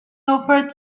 offered